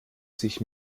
sich